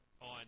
on